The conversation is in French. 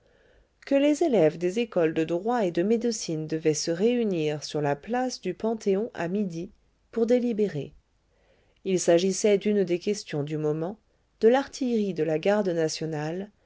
que les élèves des écoles de droit et de médecine devaient se réunir sur la place du panthéon à midi pour délibérer il s'agissait d'une des questions du moment de l'artillerie de la garde nationale